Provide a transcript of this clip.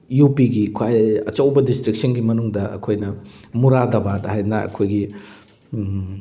U ꯄꯤꯒꯤ ꯈ꯭ꯋꯥꯏꯗꯩ ꯑꯆꯧꯕꯁꯤꯡ ꯗꯤꯁꯇ꯭ꯔꯤꯛꯁꯤꯡꯒꯤ ꯃꯅꯨꯡꯗ ꯑꯩꯈꯣꯏꯅ ꯃꯨꯔꯥꯗꯕꯥꯠ ꯍꯥꯏꯗꯅ ꯑꯩꯈꯣꯏꯒꯤ